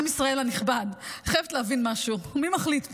עם ישראל הנכבד, חייבת להבין משהו, מי מחליט פה?